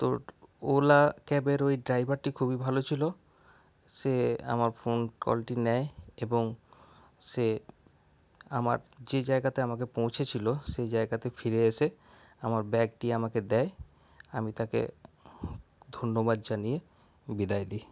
তো ওলা ক্যাবের ওই ড্রাইভারটি খুবই ভালো ছিল সে আমার ফোন কলটি নেয় এবং সে আমার যে জায়গাতে আমাকে পৌঁছেছিল সেই জায়গাতে ফিরে এসে আমার ব্যাগটি আমাকে দেয় আমি তাকে ধন্যবাদ জানিয়ে বিদায় দিই